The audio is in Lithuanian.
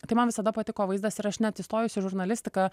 tai man visada patiko vaizdas ir aš net įstojus į žurnalistiką